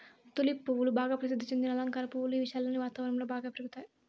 tulip పువ్వులు బాగా ప్రసిద్ది చెందిన అలంకార పువ్వులు, ఇవి చల్లని వాతావరణం లో బాగా పెరుగుతాయి